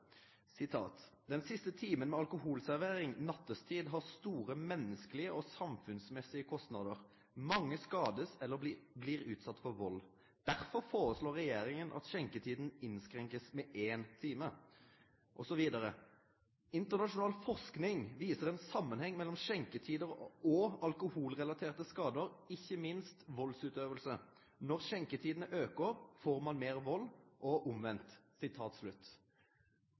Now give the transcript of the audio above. siste timen med alkoholservering nattestid har store menneskelige og samfunnsmessige kostnader. Mange skades eller blir utsatt for vold. Derfor foreslår regjeringen at skjenketiden innskrenkes med én time. Internasjonal forskning viser en sammenheng mellom skjenketider og alkoholrelaterte skader, ikke minst voldsutøvelse. Når skjenketidene øker, får man mer vold og